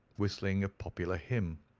whistling a popular hymn.